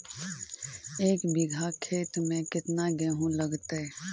एक बिघा खेत में केतना गेहूं लगतै?